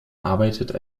arbeitet